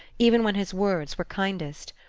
even when his words were kindest.